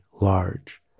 large